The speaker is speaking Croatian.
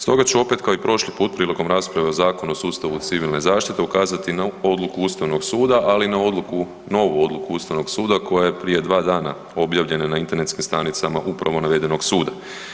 Stoga ću opet kao i prošli put prilikom rasprave o Zakonu o sustavu civilne zaštite ukazati na odluku Ustavnog suda, ali i na novu odluku Ustavnog suda koja je prije dva dana objavljena na internetskim stranicama upravo navedenog suda.